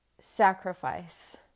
sacrifice